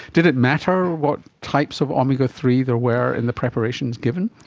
did it matter what types of omega three there were in the preparations given?